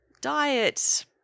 diet